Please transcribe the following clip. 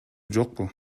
жокпу